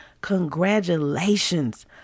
congratulations